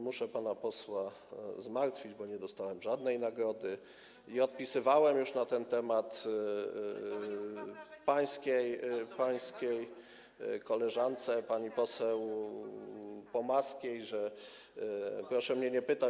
Muszę pana posła zmartwić, bo nie dostałem żadnej nagrody, i odpisywałem już na ten temat pańskiej koleżance pani poseł Pomaskiej, że proszę mnie nie pytać.